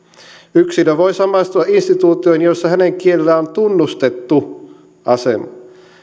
yksilö voi samastua instituutioon jossa hänen kielellään on tunnustettu asema